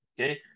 okay